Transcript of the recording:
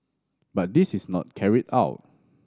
but this is not carried out